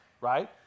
right